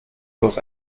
bloß